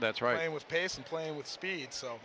that's right with pace and playing with speed so